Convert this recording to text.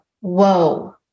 whoa